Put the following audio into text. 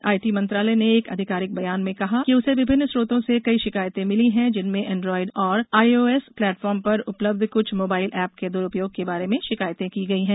IT मंत्रालय ने एक आधिकारिक बयान में कहा कि उसे विभिन्न स्रोतों से कई शिकायतें मिली हैं जिनमें एंड्रॉइड और आईओएस प्लेटफॉर्म पर उपलब्ध कुछ मोबाइल ऐप के द्रुपयोग के बारे में शिकायतें की गई हैं